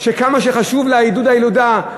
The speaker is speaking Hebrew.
שכמה חשוב לה עידוד הילודה,